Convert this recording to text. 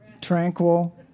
Tranquil